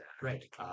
Right